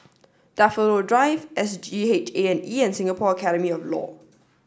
Daffodil Drive SGH A and E and Singapore Academy of Law